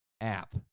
app